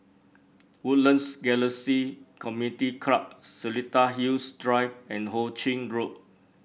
Woodlands Galaxy Community Club Seletar Hills Drive and Ho Ching Road